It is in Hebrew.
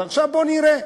אז עכשיו בואו נראה.